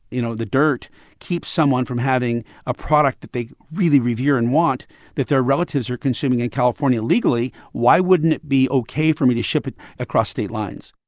you know, the dirt keeps someone from having a product that they really revere and want that their relatives are consuming in california legally? why wouldn't it be ok for me to ship it across state lines?